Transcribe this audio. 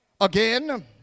Again